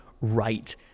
right